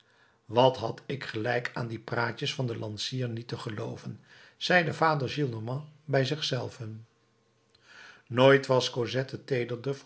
wat had ik gelijk aan die praatjes van den lansier niet te gelooven zeide vader gillenormand bij zich zelven nooit was cosette